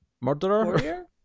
murderer